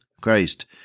Christ